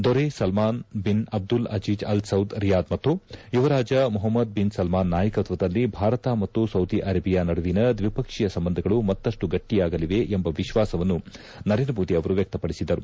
ದೊರೆ Salman bin Abdul Aziz Al Saud Riyadh ಮತ್ತು ಯುವರಾಜ ಮೊಹಮದ್ ಬಿನ್ ಸಲ್ಮಾನ್ ನಾಯಕತ್ವದಲ್ಲಿ ಭಾರತ ಮತ್ತು ಸೌದಿ ಅರೇಬಿಯಾ ನಡುವಿನ ದ್ವಿಪಕ್ಷೀಯ ಸಂಬಂಧಗಳು ಮತ್ತಷ್ಟು ಗಟ್ಟಯಾಗಲಿವೆ ಎಂಬ ವಿಶ್ವಾಸವನ್ನು ನರೇಂದ್ರ ಮೋದಿ ಅವರು ವ್್ತಕ್ತಪಡಿಸಿದರು